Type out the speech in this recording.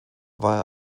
war